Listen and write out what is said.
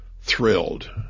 thrilled